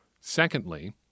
Secondly